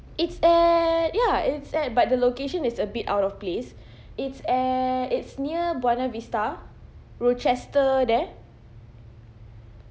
it's at ya it's at but the location is a bit out of place it's at it's near buona vista rochester there